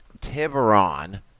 Tiburon